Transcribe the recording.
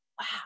wow